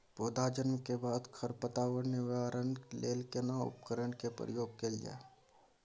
पौधा जन्म के बाद खर पतवार निवारण लेल केना उपकरण कय प्रयोग कैल जाय?